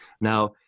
Now